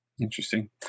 Interesting